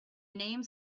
names